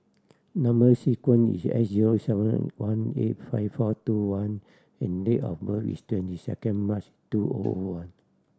number sequence is S zero seven one eight five four two one and date of birth is twenty second March two O O one